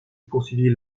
poursuivit